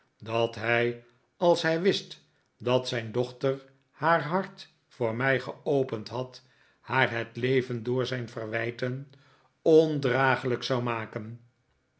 dat hij als hij wist dat zijn dochter haar hart voor mij geopend had haar het leven door zijn verwijten ondraaglijk zou maken